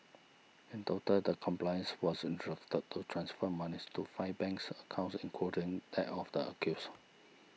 in total the accomplice was instructed to transfer monies to five banks accounts including that of the accused